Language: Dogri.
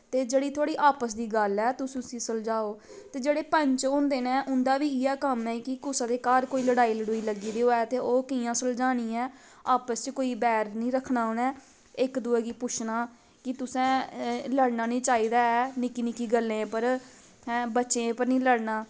जेह्ड़ी तुआढ़ी आपस दी गल्ल ऐ तुस उस्सी सुलझाओ ते जेह्ड़े पैंच होंदे न उं'दा बी इ'यै कम्म ऐ कि कुसा दे घर कोई लड़ाई लुड़ाई लग्गी दी होऐ दे ओह् कि'यां सुलझानी ऐ आपस च कोई बैर निं रक्खना उ'नैं इक दुए गी पुच्छना कि तुसें लड़ना निं चाहिदा ऐ निक्की निक्की गल्लें पर हैं बच्चें पर निं लड़ना